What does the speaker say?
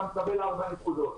אתה מקבל ארבע נקודות.